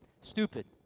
stupid